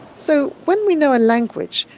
so when we know a language,